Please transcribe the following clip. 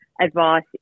advice